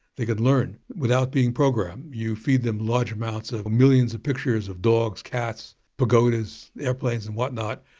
they could learn without being programmed. you feed them large amounts of millions of pictures of dogs, cats, pagodas, airplanes and whatnot,